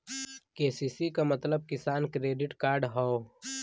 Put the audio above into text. KCC क मतलब किसान क्रेडिट कार्ड हौ